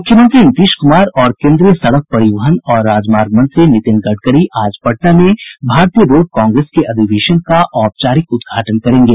मूख्यमंत्री नीतीश कुमार और केन्द्रीय सड़क परिवहन और राजमार्ग मंत्री नितिन गडकरी आज पटना में भारतीय रोड कांग्रेस के अधिवेशन का औपचारिक उद्घाटन करेंगे